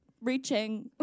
reaching